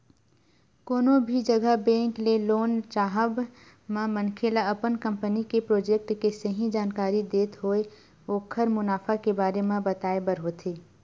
कोनो भी जघा बेंक ले लोन चाहब म मनखे ल अपन कंपनी के प्रोजेक्ट के सही जानकारी देत होय ओखर मुनाफा के बारे म बताय बर होथे